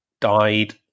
died